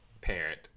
parent